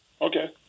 Okay